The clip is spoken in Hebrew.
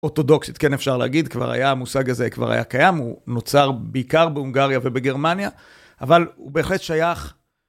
אורתודוקסית כן אפשר להגיד כבר היה המושג הזה כבר היה קיים הוא נוצר בעיקר בהונגריה ובגרמניה אבל הוא בהחלט שייך